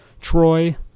Troy